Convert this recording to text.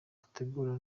dutegura